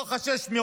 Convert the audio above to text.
מתוך ה-6.